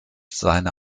seine